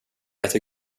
äter